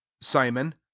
SIMON